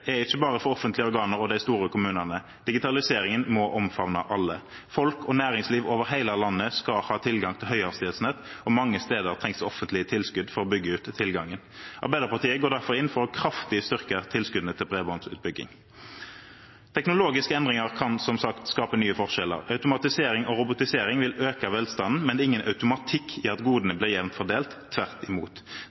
er ikke bare for offentlige organer og store kommuner. Digitaliseringen må omfavne alle. Folk og næringsliv over hele landet skal ha tilgang til høyhastighetsnett, og mange steder trengs det offentlige tilskudd for å bygge ut tilgangen. Arbeiderpartiet går derfor inn for kraftig å styrke tilskuddene til bredbåndsutbyggingen. Teknologiske endringer kan som sagt skape nye forskjeller. Automatisering og robotisering vil øke velstanden, men det er ingen automatikk i at godene blir jevnt fordelt – tvert imot.